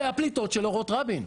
זה הפליטות של אורות רבין.